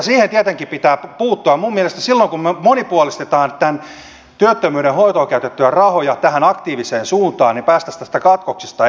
siihen tietenkin pitää puuttua ja minun mielestäni silloin kun me monipuolistamme tämän työttömyyden hoitoon käytettyjä rahoja tähän aktiiviseen suuntaan päästäisiin näistä katkoksista eroon